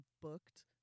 booked